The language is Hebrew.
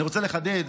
אני רוצה לחדד: